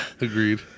Agreed